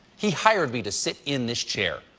he hired me to sit in this chair.